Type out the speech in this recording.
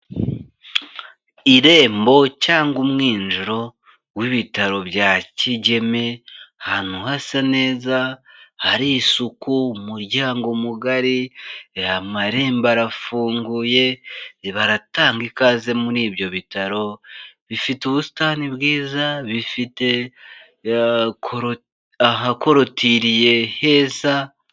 Irembo cyangwa umwinjiro w'ibitaro bya Kigeme, ahantu hasa neza, hari isuku, umuryango mugari, amarembo arafunguye, baratanga ikaze muri ibyo bitaro, bifite ubusitani bwiza, bifite ahakotiriye heza.